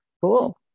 cool